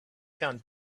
found